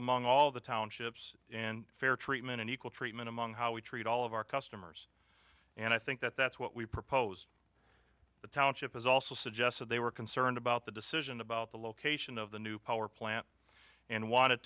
among all the townships and fair treatment and equal treatment among how we treat all of our customers and i think that that's what we proposed the township has also suggested they were concerned about the decision about the location of the new power plant and wanted